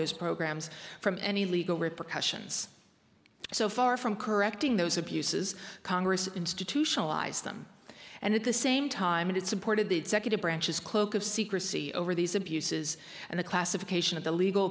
those programs from any legal repercussions so far from correcting those abuses congress institutionalized them and at the same time it supported the executive branch's cloak of secrecy over these abuses and the classification of the legal